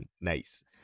Nice